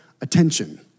attention